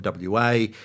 WA